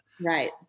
Right